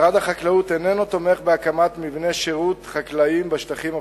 משרד החקלאות איננו תומך בהקמת מבני שירות חקלאיים בשטחים הפתוחים.